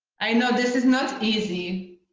i know this is not easy.